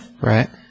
Right